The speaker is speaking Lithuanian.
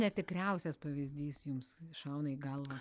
netikriausias pavyzdys jums šauna į galvą